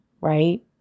right